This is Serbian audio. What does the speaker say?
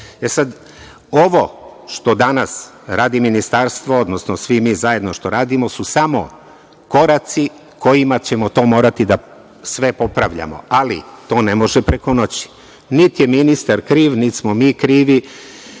sad, ovo što danas radi Ministarstvo, odnosno svi mi zajedno što radimo su samo koraci kojima ćemo sve to morati da popravljamo. Ali, to ne može preko noći. Niti je ministar kriv, niti smo mi krivi